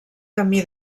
camí